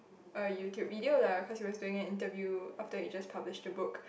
uh YouTube video lah cause he was doing an interview after he just publish the book